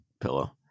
pillow